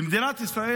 במדינת ישראל,